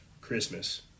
Christmas